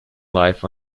life